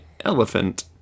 elephant